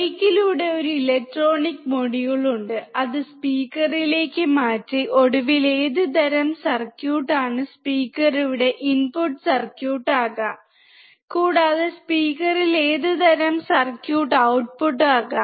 മൈക്കിലൂടെ ഒരു electronic module ഉണ്ട് അത് സ്പീക്കറിലേക്ക് മാറ്റി ഒടുവിൽ ഏത് തരം സർക്യൂട്ട് ആണ് സ്പീക്കർ ഇവിടെ ഇൻപുട്ട് സർക്യൂട്ട് ആകാം കൂടാതെ സ്പീക്കറിൽ ഏത് തരം സർക്യൂട്ട് ഔട്ട്പുട്ട് ആകാം